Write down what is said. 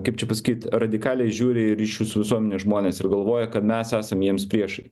kaip čia pasakyt radikaliai žiūri į ryšių su visuomene žmones ir galvoja kad mes esam jiems priešai